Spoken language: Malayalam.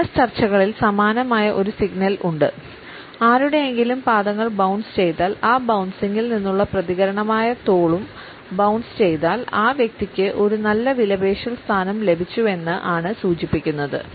ബിസിനസ്സ് ചർച്ചകളിൽ സമാനമായ ഒരു സിഗ്നൽ ഉണ്ട് ആരുടെയെങ്കിലും പാദങ്ങൾ ബൌൺസ് ചെയ്താൽ ആ ബൌൺസിംഗിൽ നിന്നുള്ള പ്രതികരണമായ തോളും ബൌൺസ് ചെയ്താൽ ആ വ്യക്തിക്ക് ഒരു നല്ല വിലപേശൽ സ്ഥാനം ലഭിച്ചുവെന്ന് ആണ് സൂചിപ്പിക്കുന്നത്